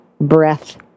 breath